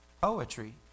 poetry